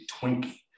Twinkie